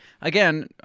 again